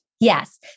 Yes